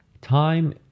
Time